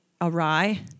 awry